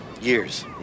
years